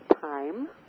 time